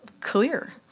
Clear